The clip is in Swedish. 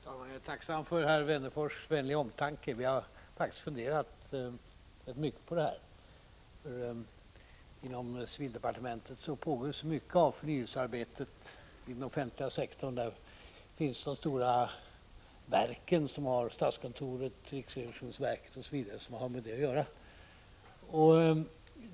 Fru talman! Jag är tacksam för herr Wennerfors vänliga omtanke. Vi har faktiskt funderat rätt mycket på det här. Inom civildepartementet pågår mycket av förnyelsearbetet inom den offentliga sektorn. Där finns de stora verken, statskontoret, riksrevisionsverket osv., som har med detta att göra.